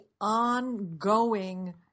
ongoing